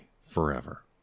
forever